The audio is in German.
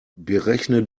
berechne